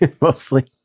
mostly